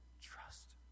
Trust